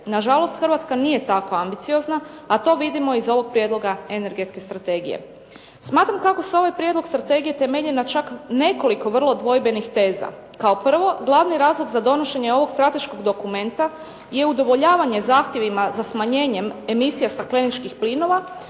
Nažalost, Hrvatska nije tako ambiciozna, a to vidimo iz ovog prijedloga energetske strategije. Smatram kako se ovaj prijedlog strategije temelji na čak nekoliko vrlo dvojbenih teza. Kao prvo, glavni razlog za donošenje ovog strateškog dokumenta je udovoljavanje zahtjevima za smanjenjem emisija stakleničkih plinova,